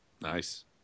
Nice